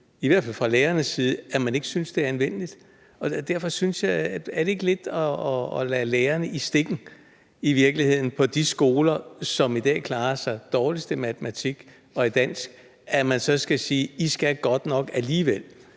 i hvert fald fra lærernes side, at man ikke synes det er anvendeligt. Og derfor synes jeg, det i virkeligheden lidt er at lade lærerne i stikken på de skoler, som i dag klarer sig dårligst i matematik og i dansk, at man så skal sige: I skal godt nok alligevel